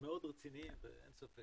מאוד רציניים, ואין ספק